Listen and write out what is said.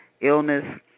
illness